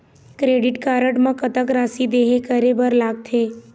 Credit card म कतक राशि देहे करे बर लगथे?